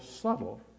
subtle